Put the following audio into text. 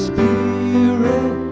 Spirit